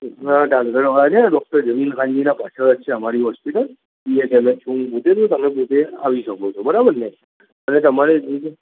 અ ઢાલગરવાડા છે ને ડૉક્ટર જમીલ ખાનજીનાં પાછળ જ છે અમારી હોસ્પિટલ બીએચએમએચ હું પોતે છું તમે પોતે આવી શકો છો બરાબર ને અને તમારે જે જે